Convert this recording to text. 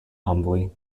humbly